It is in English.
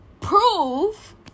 prove